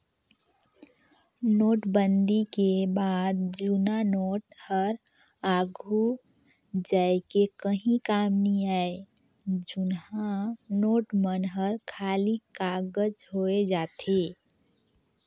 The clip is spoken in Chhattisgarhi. नोटबंदी के बाद जुन्ना नोट हर आघु जाए के काहीं काम नी आए जुनहा नोट मन हर खाली कागज होए जाथे